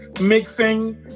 mixing